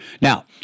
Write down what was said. Now